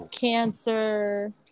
cancer